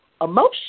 emotion